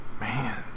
Man